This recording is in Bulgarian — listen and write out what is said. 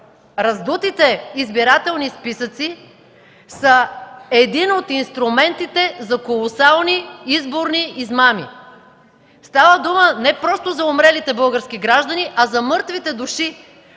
Раздутите избирателни списъци са един от инструментите за колосални изборни измами. Става дума не просто за умрелите български граждани, а за мъртвите души,